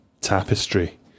Tapestry